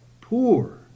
poor